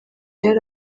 yari